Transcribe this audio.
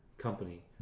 company